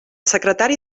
secretari